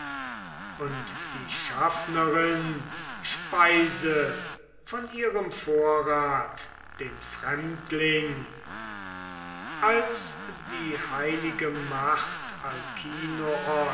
und die schaffnerin speise von ihrem vorrat den fremdling als die heilige macht